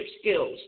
skills